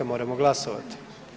Moramo glasovati.